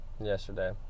yesterday